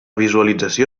visualització